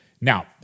Now